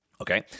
okay